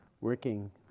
working